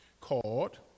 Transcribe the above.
called